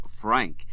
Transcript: Frank